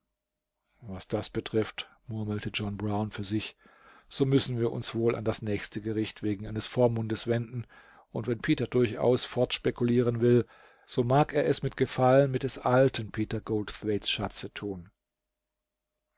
was das betrifft murmelte john brown für sich so müssen wir uns wohl an das nächste gericht wegen eines vormundes wenden und wenn peter durchaus fortspekulieren will so mag er es mit gefallen mit des alten peter goldthwaites schatze tun